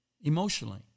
emotionally